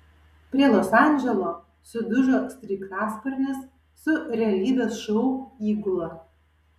prie los andželo sudužo sraigtasparnis su realybės šou įgula